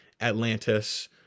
Atlantis